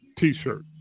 T-shirt